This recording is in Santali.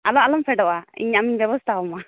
ᱟᱫᱚ ᱟᱞᱚᱢ ᱯᱷᱮᱰᱚᱜᱼᱟ ᱤᱧ ᱟᱢᱤᱧ ᱵᱮᱵᱚᱥᱛᱷᱟ ᱟᱢᱟ